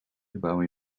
gebouw